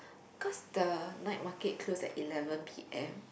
cause the night market close at eleven P_M